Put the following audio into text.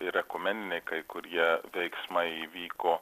ir ekumeniniai kai kurie veiksmai įvyko